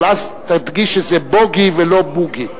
אבל אז תדגיש שזה בּוֹגי ולא בּוּגי.